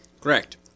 Correct